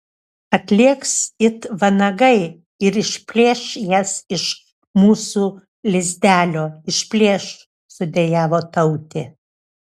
atlėks it vanagai ir išplėš jas iš mūsų lizdelio išplėš sudejavo tautė